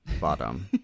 bottom